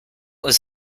was